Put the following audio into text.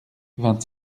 vingt